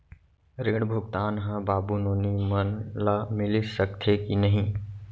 ऋण भुगतान ह बाबू नोनी मन ला मिलिस सकथे की नहीं?